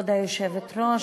כבוד היושבת-ראש,